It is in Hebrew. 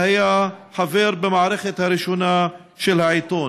והיה חבר במערכת הראשונה של העיתון.